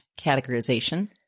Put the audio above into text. categorization